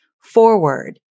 forward